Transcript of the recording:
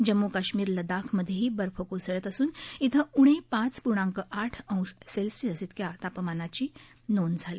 जम्मू कश्मीर आणि लदाख मधेही बर्फ कोसळत असून इथं उणे पाच पूर्णाक आठ अंश सेल्सियस एवढ्या तापमानाची नोंद झाली